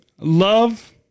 love